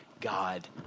God